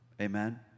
Amen